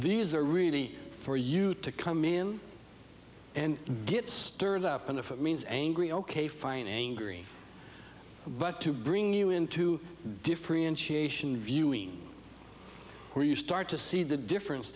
these are really for you to come in and gets stirred up and if it means angry ok fine angry but to bring you into differentiation viewing where you start to see the difference